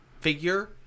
figure